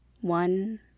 one